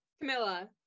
Camilla